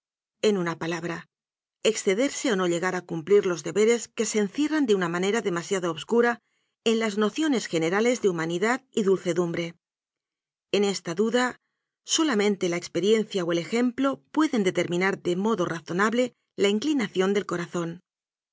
en una palabra excederse o no llegar a cumplir los deberes que se encierran de una manera demasiado obscura en las nociones generales de humanidad y dulcedumbre en esta duda solamente la experien cia o el ejemiplo pueden determinar de modo ra zonable la inclinación del corazón